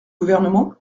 gouvernement